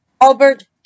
Albert